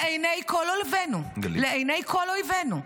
לעיני כל אויבינו, לעיני כל אויבנו,